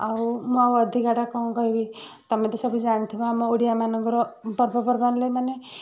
ଆଉ ମୁଁ ଆଉ ଅଧିକାଟା କ'ଣ କହିବି ତମେତ ସବୁ ଜାଣିଥିବ ଆମ ଓଡ଼ିଆ ମାନଙ୍କର ପର୍ବପର୍ବାଣୀରେ ମାନେ